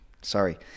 sorry